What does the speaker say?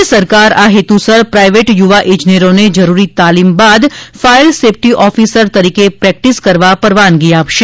રાજ્ય સરકાર આ હેતુસર પ્રાયવેટ યુવા ઇજનેરોને જરૂરી તાલીમ બાદ ફાયર સેફ્ટી ઓફિસર તરીકે પ્રેક્ટિસ કરવા પરવાનગી આપશે